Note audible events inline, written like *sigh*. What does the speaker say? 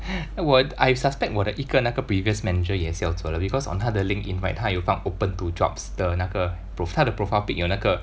*breath* 我 I suspect 我的一个那个 previous manager 也是要走了 because on 他的 LinkedIn right 他有放 open to jobs 的那个 prof~ 他的 profile pic 有那个